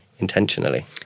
intentionally